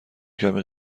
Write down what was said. کمی